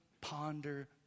ponder